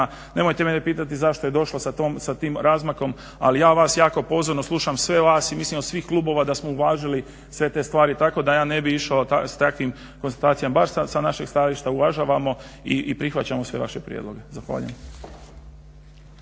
Nemojte mene pitati zašto je došlo sa tim razmakom, ali ja vas jako pozorno slušam, sve vas i mislim od svih klubova da smo uvažili sve te stvari tako da ja ne bi išao s takvim konstatacijama. Baš sa našeg stajališta uvažavamo i prihvaćamo sve vaše prijedloge. Zahvaljujem.